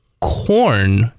corn